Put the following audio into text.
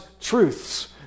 truths